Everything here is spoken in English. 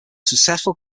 successful